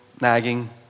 nagging